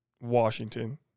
Washington